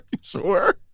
sure